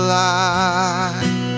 light